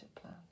plan